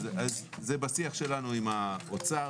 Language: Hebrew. זה בשיח שלנו עם האוצר,